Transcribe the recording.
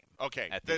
Okay